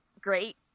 great